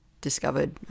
discovered